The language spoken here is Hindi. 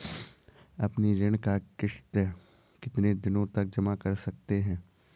अपनी ऋण का किश्त कितनी दिनों तक जमा कर सकते हैं?